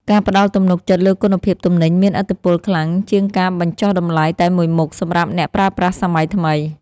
ការផ្តល់ទំនុកចិត្តលើគុណភាពទំនិញមានឥទ្ធិពលខ្លាំងជាងការបញ្ចុះតម្លៃតែមួយមុខសម្រាប់អ្នកប្រើប្រាស់សម័យថ្មី។